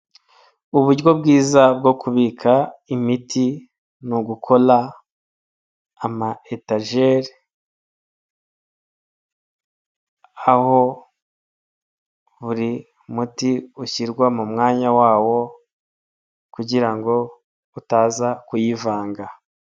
Uburyo bwiza bwo kubika imiti nigukora ama etajeli, aho buri muti ushyirwa mu mwanya wawo kugira ngo utaza kuyivanga.